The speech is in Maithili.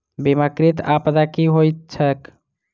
बीमाकृत आपदा की होइत छैक?